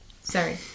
Sorry